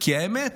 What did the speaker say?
כי האמת,